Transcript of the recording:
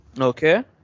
Okay